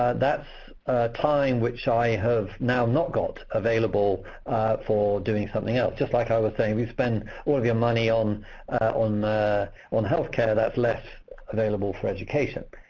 ah that's time which i have now not got available for doing something else. just like i was saying, if you spend all of your money on on health care, that's less available for education.